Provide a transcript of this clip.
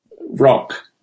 rock